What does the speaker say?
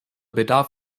bedarf